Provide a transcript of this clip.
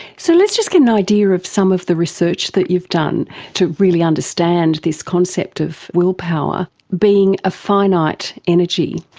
so let's just get an idea of some of the research that you've done to really understand this concept of willpower being a finite energy.